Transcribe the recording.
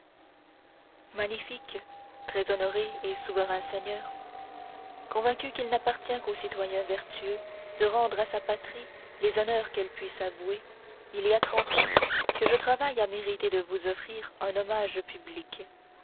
magnifiques très honorés et souverains seigneurs convaincu qu'il n'appartient qu'au citoyen vertueux de rendre à sa patrie des honneurs qu'elle puisse avouer il y a trente ans que je travaille à mériter de vous offrir un hommage public